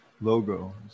logo